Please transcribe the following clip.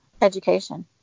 education